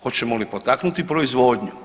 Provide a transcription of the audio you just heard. Hoćemo li potaknuti proizvodnju?